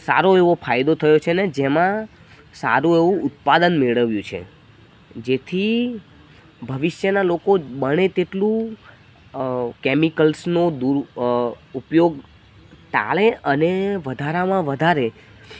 સારો એવો ફાયદો થયો છે ને જેમાં સારું એવું ઉત્પાદન મેળવ્યું છે જેથી ભવિષ્યના લોકો બને તેટલું કેમિકલ્સનો દૂર ઉપયોગ ટાળે અને વધારેમાં વધારે